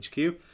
HQ